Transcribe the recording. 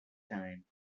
time